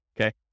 okay